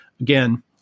again